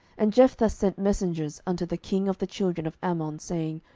and jephthah sent messengers unto the king of the children of ammon, saying,